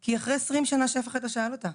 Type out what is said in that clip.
כי זה קורה אחרי 20 שנה שאף אחד לא שאל אותה.